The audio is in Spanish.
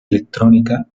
electrónica